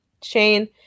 chain